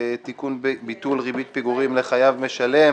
(תיקון-ביטול ריבית הפיגורים לחייב משלם),